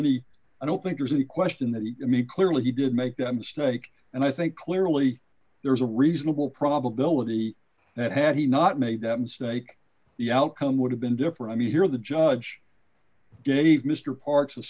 any i don't think there's any question that he made clearly he did make a mistake and i think clearly there is a reasonable probability that had he not made that mistake the outcome would have been different i mean here the judge gave mr parks a